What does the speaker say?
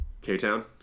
K-Town